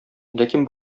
ләкин